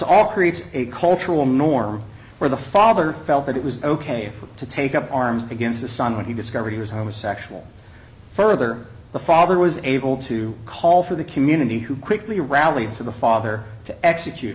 all creates a cultural norm where the father felt that it was ok to take up arms against his son when he discovered he was homosexual further the father was able to call for the community who quickly rallied to the father to execute